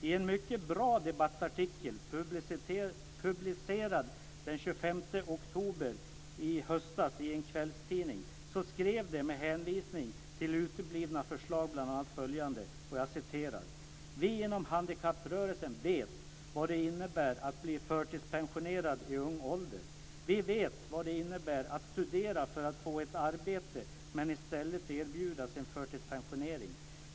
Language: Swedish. I en mycket bra debattartikel, publicerad i en kvällstidning den 25 oktober i höstas, skrev man med hänvisning till uteblivna förslag bl.a. följande: "Vi inom ungdomshandikapprörelsen vet vad det innebär att bli förtidspensionerad i ung ålder. Vi vet vad det innebär att studera för att få ett arbete, men i stället erbjudas förtidspensionering.